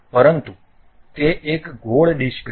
પરંતુ તે એક ગોળ ડિસ્ક છે